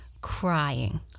crying